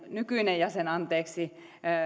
nykyinen jäsen